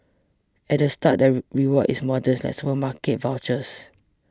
at the start the reward is modest like supermarket vouchers